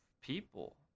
people